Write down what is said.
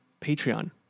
Patreon